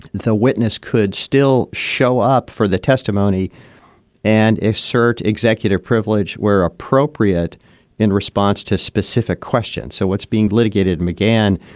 the witness could still show up for the testimony and assert executive privilege where appropriate in response to specific questions. so what's being litigated, mcgann,